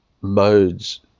modes